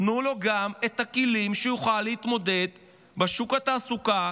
תנו לו גם את הכלים שיוכל להתמודד בשוק התעסוקה,